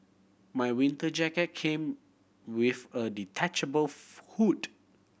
my winter jacket came with a detachable hood